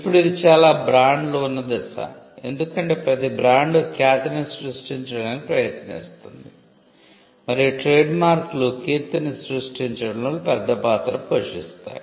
ఇప్పుడు ఇది చాలా బ్రాండ్లు ఉన్న దశ ఎందుకంటే ప్రతి బ్రాండ్ ఖ్యాతిని సృష్టించడానికి ప్రయత్నిస్తుంది మరియు ట్రేడ్మార్క్లు కీర్తిని సృష్టించడంలో పెద్ద పాత్ర పోషిస్తాయి